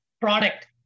product